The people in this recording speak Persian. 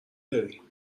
دارین